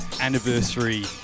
anniversary